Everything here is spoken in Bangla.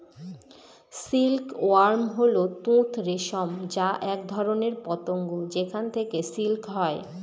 সিল্ক ওয়ার্ম হল তুঁত রেশম যা এক ধরনের পতঙ্গ যেখান থেকে সিল্ক হয়